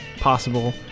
possible